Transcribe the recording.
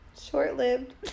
Short-lived